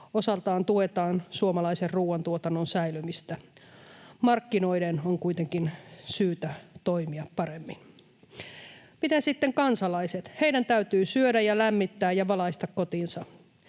osaltaan tuetaan suomalaisen ruoantuotannon säilymistä. Markkinoiden on kuitenkin syytä toimia paremmin. Mitä sitten kansalaiset? Heidän täytyy syödä ja lämmittää ja valaista kotinsa.